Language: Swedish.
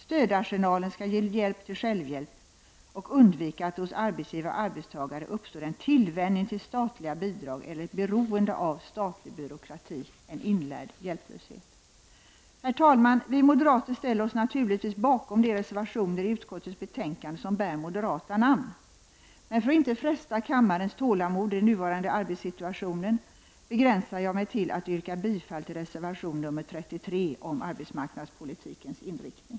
Stödarsenalen skall ge hjälp till självhjälp och undvika att det hos arbetsgivare och arbetstagare uppstår en tillvänjning till statliga bidrag eller beroende av statlig byråkrati — en inlärd hjälplöshet. Herr talman! Vi moderater ställer oss naturligtvis bakom de reservationer i utskottets betänkande som bär moderata namn. För att inte fresta kammarens tålamod i den nuvarande arbetssituationen begränsar jag mig till att yrka bifall till reservation nr 33 om arbetsmarknadspolitikens inriktning.